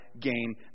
gain